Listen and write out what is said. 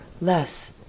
less